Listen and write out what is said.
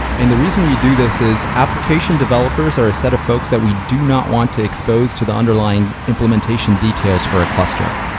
and the reason we do this is application developers are a set of folks that we do not want to expose to the underlying implementation details for a cluster,